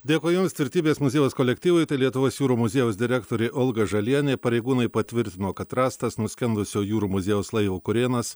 dėkui jums tvirtybės muziejaus kolektyvui tai lietuvos jūrų muziejaus direktorė olga žalienė pareigūnai patvirtino kad rastas nuskendusio jūrų muziejaus laivo kurėnas